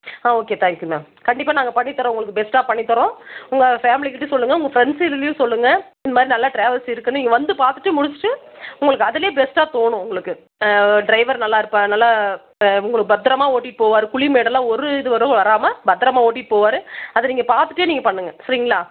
ஆ okay thank you ma'am கண்டிப்பாக நாங்கள் பண்ணித்தர்றோம் உங்களுக்கு பெஸ்ட்டாக பண்ணித்தர்றோம் உங்கள் ஃபேமிலி கிட்டே சொல்லுங்கள் உங்கள் ஃப்ரெண்ட்ஸ் இதுலேயும் சொல்லுங்கள் இந்தமாதிரி நல்ல ட்ராவல்ஸ் இருக்குதுனு நீங்கள் வந்து பார்த்துட்டு முடிச்சுட்டு உங்களுக்கு அதில் பெஸ்ட்டாக தோணும் உங்களுக்கு ட்ரைவர் நல்லா இருப்பார் நல்லா உங்களுக்கு பத்திரமா ஓட்டிட்டு போவார் குழி மேடுலாம் ஒரு இடையூறும் வராமல் பத்திரமா ஓட்டிட்டு போவார் அது நீங்கள் பார்த்துட்டே நீங்கள் பண்ணுங்கள் சரிங்களா